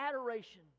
adoration